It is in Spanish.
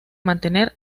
mantener